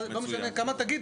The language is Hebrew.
לא הנוסח המקורי,